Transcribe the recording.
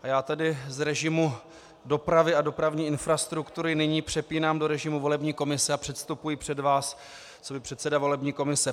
A já tedy z režimu dopravy a dopravní infrastruktury nyní přepínám do režimu volební komise a předstupuji před vás coby předseda volební komise.